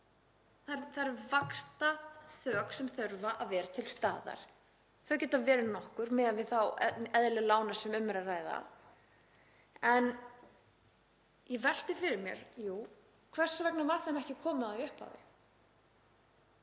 Það eru vaxtaþök sem þurfa að vera til staðar. Þau geta verið nokkur miðað við eðli lána sem um er að ræða. En ég velti fyrir mér: Jú, hvers vegna var þeim ekki komið á í upphafi?